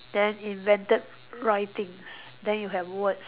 then invented writings then you have words